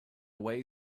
way